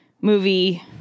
movie